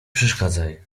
przeszkadzaj